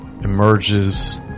emerges